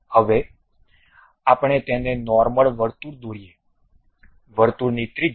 હવે આપણે તેને નોર્મલ વર્તુળ દોરીએ વર્તુળની ત્રિજ્યા